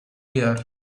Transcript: here